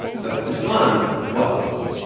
but ruslan was.